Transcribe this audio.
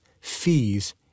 fees